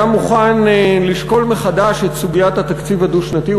מוכן לשקול מחדש את סוגיית התקציב הדו-שנתי.